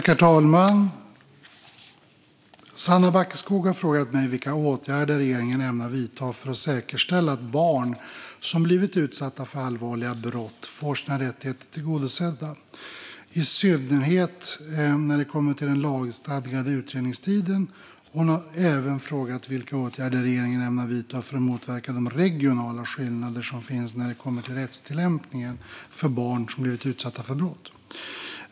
Herr talman! Sanna Backeskog har frågat mig vilka åtgärder regeringen ämnar vidta för att säkerställa att barn som blivit utsatta för allvarliga brott får sina rättigheter tillgodosedda, i synnerhet när det gäller den lagstadgade utredningstiden. Hon har även frågat vilka åtgärder regeringen ämnar vidta för att motverka de regionala skillnader som finns när det gäller rättstillämpningen för barn som blivit utsatta för brott.